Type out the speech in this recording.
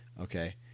Okay